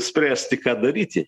spręsti ką daryti